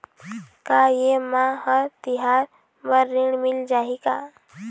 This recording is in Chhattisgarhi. का ये मा हर तिहार बर ऋण मिल जाही का?